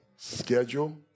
schedule